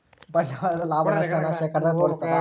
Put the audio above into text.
ಬಂಡವಾಳದ ಲಾಭ, ನಷ್ಟ ನ ಶೇಕಡದಾಗ ತೋರಿಸ್ತಾದ